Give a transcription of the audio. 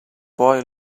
boy